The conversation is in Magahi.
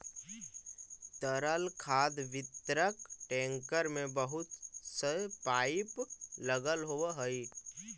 तरल खाद वितरक टेंकर में बहुत से पाइप लगल होवऽ हई